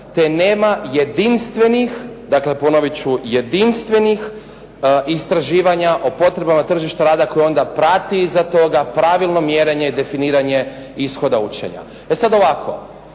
te nema jedinstvenih, dakle ponovit ću jedinstvenih istraživanja o potrebama tržišta rada koja onda prati iza toga pravilno mjerenje i definiranje ishoda učenja. E sad ovako.